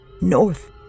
north